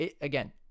again